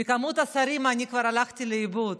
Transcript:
ממספר השרים אני כבר הלכתי לאיבוד,